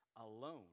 alone